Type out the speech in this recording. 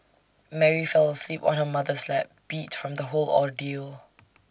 Mary fell asleep on her mother's lap beat from the whole ordeal